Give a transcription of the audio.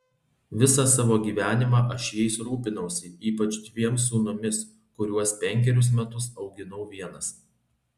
visą savo gyvenimą aš jais rūpinausi ypač dviem sūnumis kuriuos penkerius metus auginau vienas